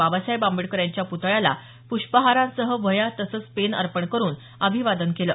बाबासाहेब आंबेडकर यांच्या प्तळ्याला पृष्पहारांसह वह्या तसंच पेन अर्पण करून अभिवादन केलं